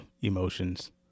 emotions